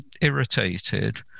irritated